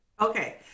Okay